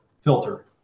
filter